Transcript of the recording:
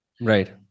Right